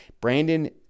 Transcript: Brandon